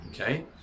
Okay